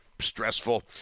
stressful